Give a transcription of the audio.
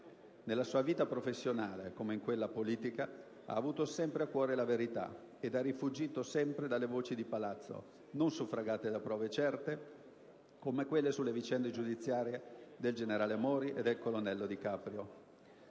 Nella sua vita professionale, come in quella politica, ha avuto sempre a cuore la verità ed ha rifuggito sempre dalle voci di palazzo non suffragate da prove certe, come quelle sulle vicende giudiziarie del generale Mori e del colonnello Di Caprio.